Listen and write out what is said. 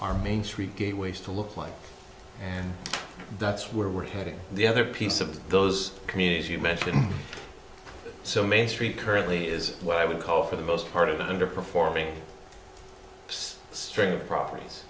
our main street gateways to look like and that's where we're heading the other piece of those communities you mentioned so may street currently is what i would call for the most part of underperforming strength properties